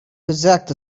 reject